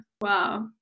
Wow